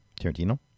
Tarantino